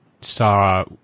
saw